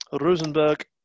Rosenberg